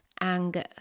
anger